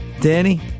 danny